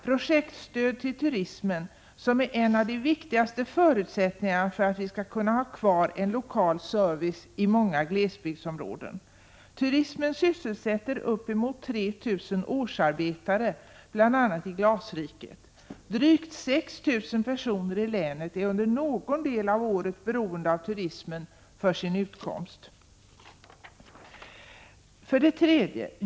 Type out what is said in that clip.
Projektstöd till turismen, som är en av de viktigaste förutsättningarna för att vi skall kunna ha kvar en lokal service i många glesbygdsområden. Turismen sysselsätter uppemot 3 000 årsarbetare, bl.a. i Glasriket. Drygt 6 000 personer i länet är under någon del av året beroende av turismen för sin utkomst. 3.